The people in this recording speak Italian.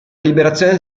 liberazione